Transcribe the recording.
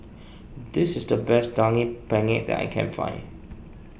this is the best Daging Penyet that I can find